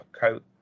coat